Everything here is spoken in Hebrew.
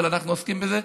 אבל אנחנו עוסקים בזה.